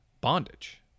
bondage